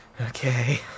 Okay